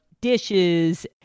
dishes